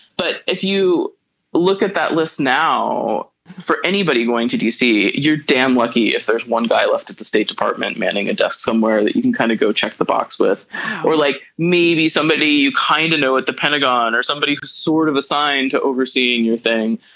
but if you look at that list now for anybody going to d c. you're damn lucky if there's one day left at the state department meeting a desk somewhere that you can kind of go check the box with or like maybe somebody you kinda kind of know at the pentagon or somebody sort of assigned to overseeing your thing.